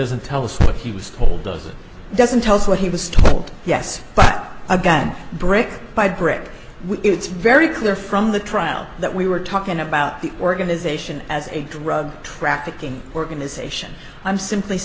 doesn't tell us what he was told doesn't doesn't tell us what he was told yes but again brick by brick it's very clear from the trial that we were talking about the organization as a drug trafficking organization i'm simply